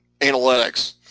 analytics